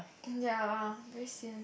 and ya very sian